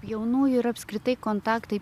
jaunųjų ir apskritai kontaktai